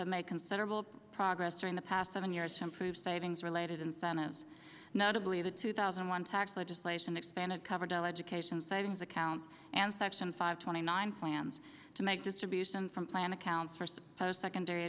have made considerable progress during the past seven years improve savings related incentive notably the two thousand and one tax legislation expanded coverdell education savings account and section five twenty nine plans to make distribution from plan accounts for supposed secondary